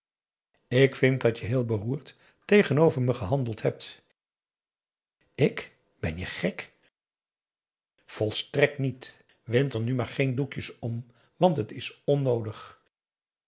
ik vind dat je heel beroerd tegenover me gehandeld hebt ik ben je gek volstrekt niet wind er nu maar geen doekjes om want het is onnoodig